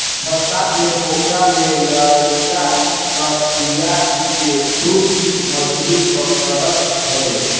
बरसात में पोखरा में लईका कटिया से खूब मछरी पकड़त हवे